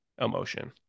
emotion